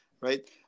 right